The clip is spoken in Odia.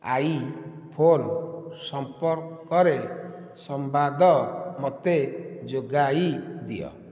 ଆଇଫୋନ୍ ସମ୍ପର୍କରେ ସମ୍ବାଦ ମୋତେ ଯୋଗାଇ ଦିଅ